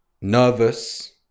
Nervous